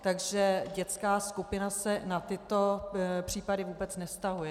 Takže dětská skupina se na tyto případy vůbec nevztahuje.